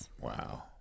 wow